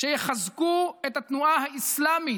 שיחזקו את התנועה האסלאמית.